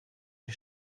die